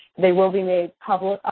they will be made public,